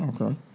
Okay